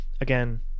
Again